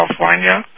California